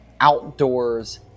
outdoors